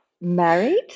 married